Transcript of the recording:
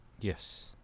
Yes